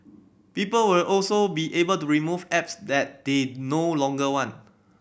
people will also be able to remove apps that they no longer want